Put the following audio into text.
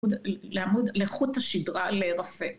לחוט השדרה להירפא.